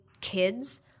kids